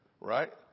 Right